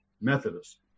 Methodist